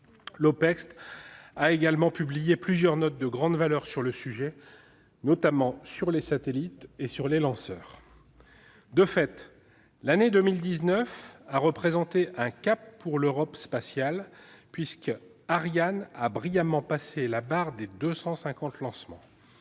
l'Opecst a également publié plusieurs notes de grande valeur sur le sujet, notamment sur les satellites et les lanceurs. De fait, l'année 2019 a représenté un cap pour l'Europe spatiale, puisque Ariane a brillamment passé la barre des 250 lancements,